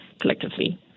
collectively